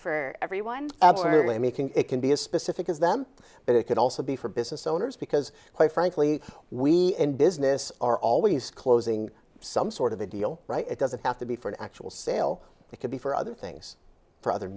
for everyone absolutely making it can be as specific as them but it could also be for business owners because quite frankly we and business are always closing some sort of a deal it doesn't have to be for an actual sale it could be for other things for other